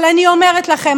אבל אני אומרת לכם,